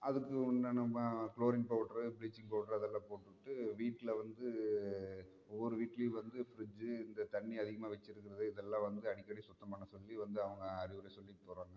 அதுக்கு உண்டான chlorine powder bleaching powder அதெல்லாம் போட்டுவிட்டு வீட்டில் வந்து ஒவ்வொரு வீட்லையும் வந்து ஃப்ரிட்ஜ்ஜு இந்த தண்ணி அதிகமாக வச்சுருக்கிறது இதெல்லாம் வந்து அடிக்கடி சுத்தம் பண்ண சொல்லி வந்து அவங்க அறிவுரை சொல்லிட்டு போகிறாங்க